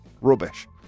Rubbish